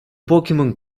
pokemon